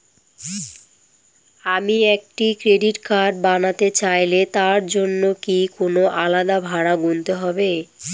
আমি একটি credit card বানাতে চাইলে তার জন্য কি কোনো আলাদা ভাড়া গুনতে হবে?